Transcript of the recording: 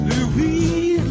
Louis